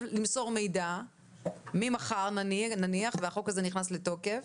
למסור מידע מיום שהחוק הזה נכנס לתוקף,